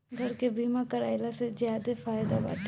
घर के बीमा कराइला से ज्यादे फायदा बाटे